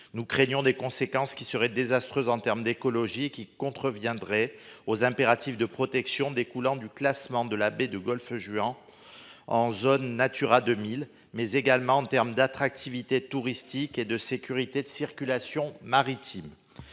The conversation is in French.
Nous craignons des conséquences qui serait désastreuse en termes d'écologie qui contreviendraient aux impératifs de protection découlant du classement de la baie de Golfe-Juan. En zone Natura 2000 mais également en termes d'attractivité touristique et de sécurité de circulation maritime.